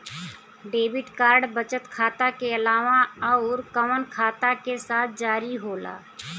Debit card बचत खाता के अलावा अउरकवन खाता के साथ जारी होला?